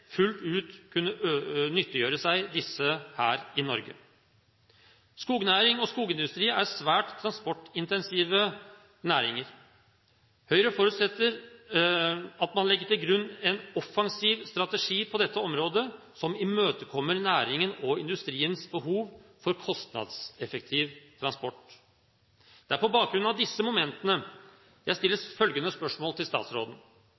fullt ut kunne nyttiggjøre seg disse her i Norge. Skognæring og skogindustri er svært transportintensive næringer. Høyre forutsetter at man legger til grunn en offensiv strategi på dette området, som imøtekommer næringen og industriens behov for kostnadseffektiv transport. Det er på bakgrunn av disse momentene jeg stiller følgende spørsmål til statsråden: